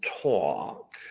talk